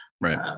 Right